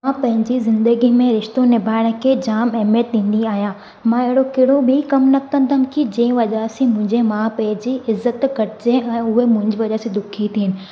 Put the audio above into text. मां पंहिंजी ज़िंदगी में रिश्तो निभाइण खे जाम अहिमियत ॾींदी आहियां मां अहिड़ो कहिड़ो बि कमु न कंदमि कि जे वजह सां मुंहिंजे माउ पीउ जी इज़त घटिजे ऐं उहे मुंहिंजी वजह सां दुखी थिअनि